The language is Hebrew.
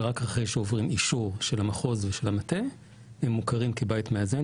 ורק אחרי שעוברים אישור של המחוז ושל המטה הם מוכרים כבית מאזן,